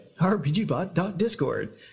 rpgbot.discord